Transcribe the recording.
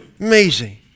Amazing